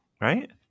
right